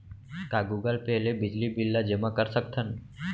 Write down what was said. का Google Pay ले बिजली बिल ल जेमा कर सकथन?